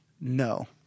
No